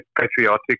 patriotic